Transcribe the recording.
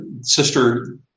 sister